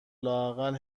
لااقل